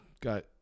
got